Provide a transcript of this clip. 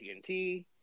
TNT